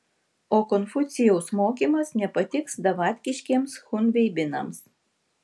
o konfucijaus mokymas nepatiks davatkiškiems chunveibinams